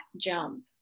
jump